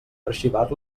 arxivar